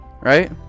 right